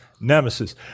Nemesis